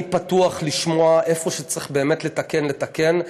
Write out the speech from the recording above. אני פתוח לשמוע, איפה שצריך באמת לתקן, לתקן.